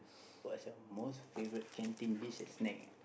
what's your most favourite canteen this is snack eh